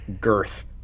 girth